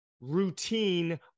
routine